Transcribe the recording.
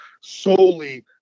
solely